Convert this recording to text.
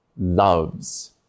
loves